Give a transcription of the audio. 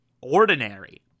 ordinary